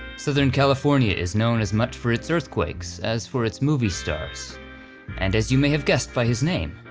southern california is known as much for its earthquakes as for its movie stars, and as you may have guessed by his name,